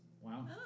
Wow